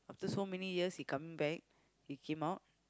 after so many years he coming back he came out